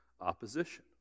opposition